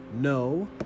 No